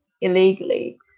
illegally